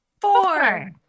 Four